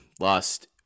lost